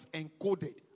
encoded